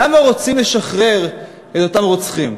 למה רוצים לשחרר את אותם רוצחים.